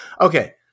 Okay